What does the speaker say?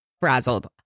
frazzled